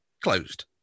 closed